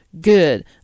good